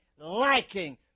liking